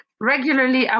regularly